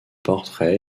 portraits